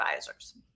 advisors